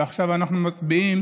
ועכשיו אנחנו מצביעים